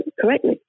correctly